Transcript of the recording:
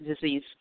disease